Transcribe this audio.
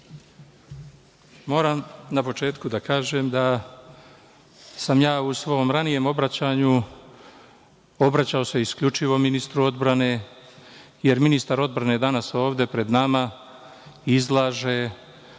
moram na početku da kažem da sam ja u svom ranijem obraćanju obraćao se isključivo ministru odbrane, jer ministar odbrane danas ovde pred nama izlaže,